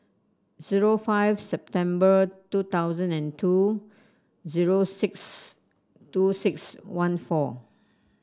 zero five September two thousand and two zero six two six one four